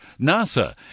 NASA